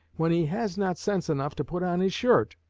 when he has not sense enough to put on his shirt?